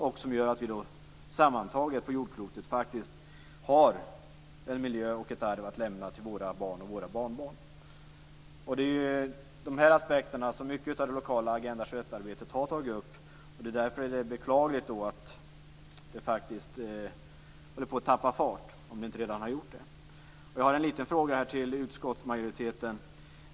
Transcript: Det gäller att vi sammantaget på jordklotet har en miljö och ett arv att lämna till våra barn och barnbarn. Det är många av de här aspekterna som det lokala Agenda 21-arbetet har tagit upp. Därför är det beklagligt att arbetet faktiskt håller på att tappa fart - om det inte redan har gjort det. Jag har en liten fråga till utskottsmajoriteten.